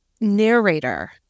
narrator